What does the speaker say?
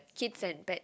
kids and pets